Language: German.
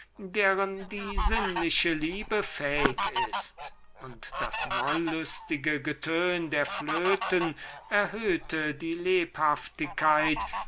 deren die sinnliche liebe fähig ist und das weiche getön der flöten erhöhte die lebhaftigkeit